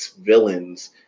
villains